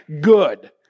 good